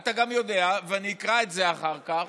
אתה גם יודע, ואני אקרא את זה אחר כך,